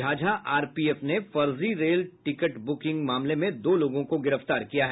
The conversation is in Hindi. झाझा आरपीएफ ने फर्जी रेल टिकट ब्रकिंग मामले में दो लोगों को गिरफ्तार किया है